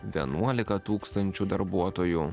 vienuolika tūkstančių darbuotojų